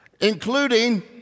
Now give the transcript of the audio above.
Including